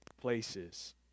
places